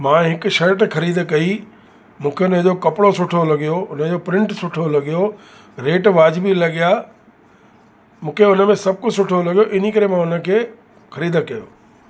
मां हिकु शर्ट ख़रीदु कई मूंखे उन जो कपिड़ो सुठो लॻियो उन जो प्रिंट सुठो लॻियो रेट वाजिबी लॻिया मूंखे उन में सभु कुझु सुठो लॻियो इन ई करे मां उन खे ख़रीदु कयो